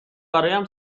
برایم